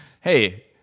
hey